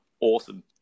Awesome